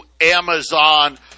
Amazon